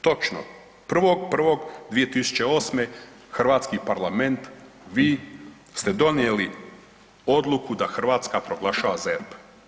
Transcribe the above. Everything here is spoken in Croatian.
Točno 1.1.2008. hrvatski parlament, vi ste donijeli odluku da Hrvatska proglašava ZERP.